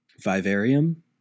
vivarium